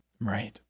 Right